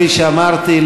כפי שאמרתי,